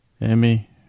Emmy